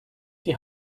die